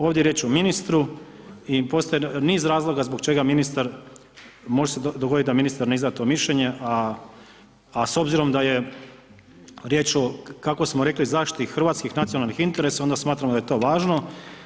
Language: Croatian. Ovdje je riječ o ministru i postoji niz razloga zbog čega ministar, može se dogodit da ministar ne izda to mišljenje, a s obzirom da je riječ o, kako smo rekli, zaštiti hrvatskih interesa, onda smatramo da je to važno.